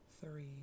three